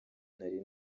nari